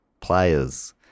players